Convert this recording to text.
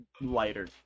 lighter